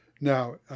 Now